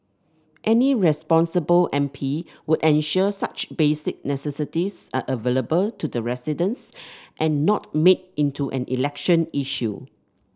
any responsible M P would ensure such basic necessities are available to the residents and not made into an election issue